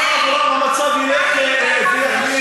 גם עבורם המצב ילך ויחמיר,